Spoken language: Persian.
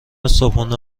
صبحونه